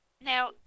Now